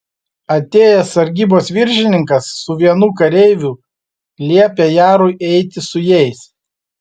atėjęs sargybos viršininkas su vienu kareiviu liepė jarui eiti su jais